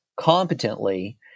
competently